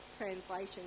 translation